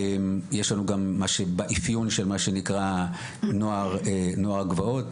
יש לנו גם מה שבאפיון של מה שנקרא 'נוער גבעות',